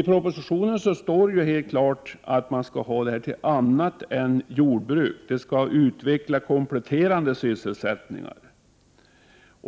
I propositionen står det ju helt klart att man skall ha detta stöd till annat än jordbruk. Det skall utveckla kompletterande sysselsättningar.